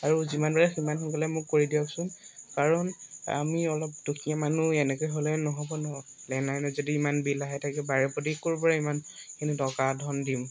আৰু যিমানবাৰ সিমান সোনকালে মোক কৰি দিয়কচোন কাৰণ আমি অলপ দুখীয়া মানুহ এনেকে হ'লে নহ'ব ন লেণ্ডলাইনত যদি ইমান বিল আহে থাকে বাৰে প্ৰতি কৰোঁ ইমানখিনি টকা ধন দিম